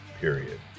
period